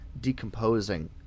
decomposing